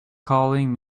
calling